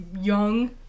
young